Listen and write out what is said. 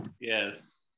Yes